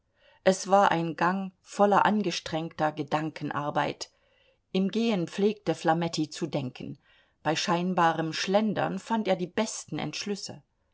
es war ein gang voller angestrengter gedankenarbeit im gehen pflegte flametti zu denken bei scheinbarem schlendern fand er die besten entschlüsse